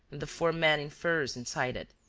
and the four men in furs inside it.